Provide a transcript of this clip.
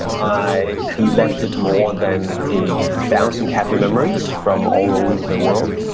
and i collected more than a thousand happy memories from all over the world,